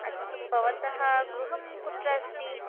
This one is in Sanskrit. अस्तु भवतः गृहं कुत्र अस्ति